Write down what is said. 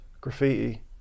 graffiti